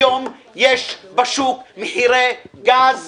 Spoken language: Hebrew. היום יש בשוק מחירי גז